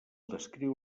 descriu